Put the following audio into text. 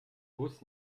bus